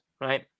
Right